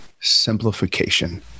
simplification